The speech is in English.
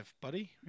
buddy